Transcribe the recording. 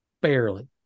Barely